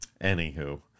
anywho